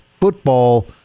football